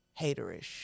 haterish